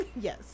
Yes